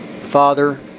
Father